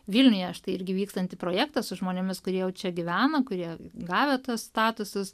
vilniuje štai irgi vykstantį projektą su žmonėmis kurie jau čia gyvena kurie gavę tas statusus